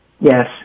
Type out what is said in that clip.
Yes